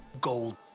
gold